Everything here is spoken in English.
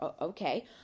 Okay